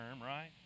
right